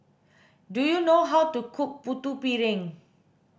do you know how to cook putu piring